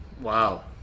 Wow